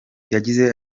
yagize